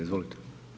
Izvolite.